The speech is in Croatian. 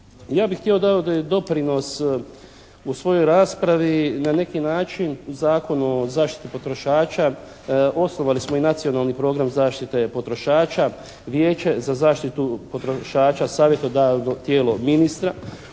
Ja bi htio dati doprinos u svojoj raspravi na neki način Zakonu o zaštiti potrošača, osnovali smo i Nacionalni program zaštite potrošača, Vijeće za zaštitu potrošača, savjetodavno tijelo ministra,